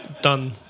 done